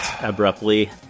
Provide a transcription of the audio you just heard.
abruptly